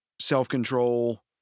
self-control